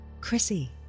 Chrissy